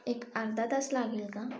एक अर्धा तास लागेल का